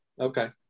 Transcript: okay